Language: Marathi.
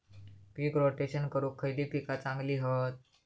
पीक रोटेशन करूक खयली पीका चांगली हत?